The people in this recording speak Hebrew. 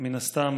מן הסתם,